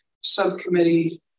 subcommittee